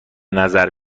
نظر